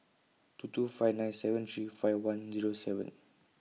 two two five nine seven three five one Zero seven